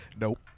Nope